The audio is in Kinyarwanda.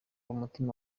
umutima